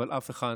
אבל אף אחד